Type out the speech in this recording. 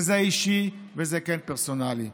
וזה אישי וזה כן פרסונלי.